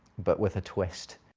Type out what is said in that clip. but with a twist.